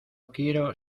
quiero